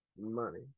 Money